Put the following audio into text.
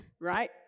right